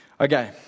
Okay